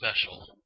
special